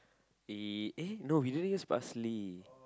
we eh no we didn't use parsley